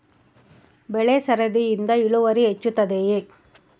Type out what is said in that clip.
ಬೆಳೆ ಸರದಿಯಿಂದ ಇಳುವರಿ ಹೆಚ್ಚುತ್ತದೆಯೇ?